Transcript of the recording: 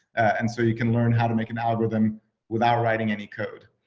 and so you can learn how to make an algorithm without writing any code.